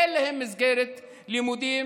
כי אין להם מסגרת לימודים